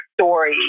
story